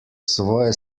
svoje